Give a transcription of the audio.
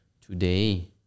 today